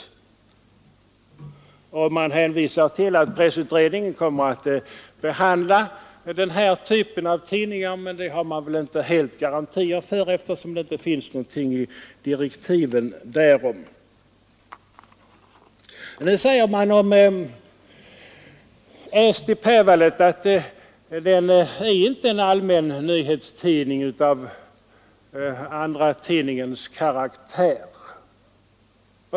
Man hänvisar till att pressutredningen kommer att behandla den här typen av tidningar, men detta har man väl inte full garanti för, eftersom det inte finns någonting nämnt därom i direktiven. Presstöd Nu säger utskottet om Eesti Päavaleht att den inte är en allmän nyhetstidning av andratidningens karaktär.